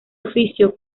oficio